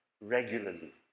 regularly